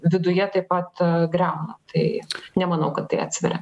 viduje taip pat griauna tai nemanau kad tai atsveria